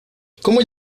cómo